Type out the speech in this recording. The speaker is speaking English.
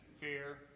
fear